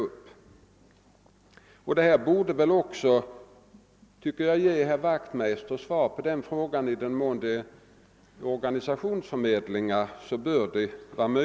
Vad jag nu sagt borde väl också ge herr Wachtmeister svar på hans fråga: Det bör vara möjligt att få organisationsförmedlingar erkända.